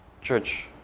church